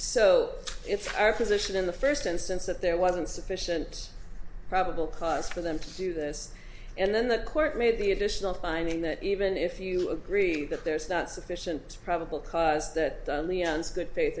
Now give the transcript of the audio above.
so it's our position in the first instance that there wasn't sufficient probable cause for them to do this and then the court made the additional finding that even if you agree that there is not sufficient probable cause that